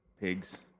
Pigs